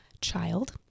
child